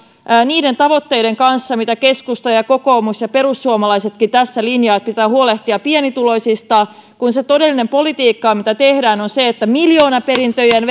niiden tavoitteiden kanssa mitä keskusta ja kokoomus ja perussuomalaisetkin tässä linjaavat että pitää huolehtia pienituloisista kun se todellinen politiikka mitä tehdään on se että miljoonaperintöjen